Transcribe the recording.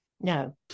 No